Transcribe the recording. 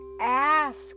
ask